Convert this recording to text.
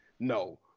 No